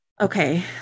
Okay